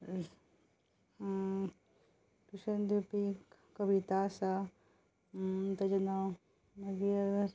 tuition दिवपी कविता आसा तेजें नांव मागीर